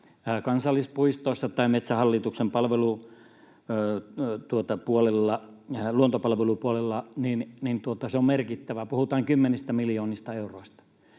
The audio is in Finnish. kansallispuistoissa tai Metsähallituksen luontopalvelupuolella, niin se on merkittävä summa. Puhutaan kymmenistä miljoonista euroista.